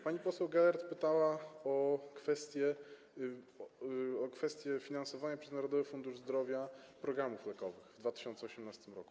Pani poseł Gelert pytała o kwestie finansowania przez Narodowy Fundusz Zdrowia programów lekowych w 2018 r.